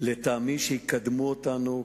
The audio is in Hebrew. שלטעמי יקדמו אותנו.